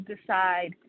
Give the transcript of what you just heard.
decide